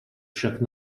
však